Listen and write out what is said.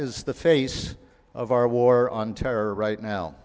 is the face of our war on terror right now